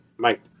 Mike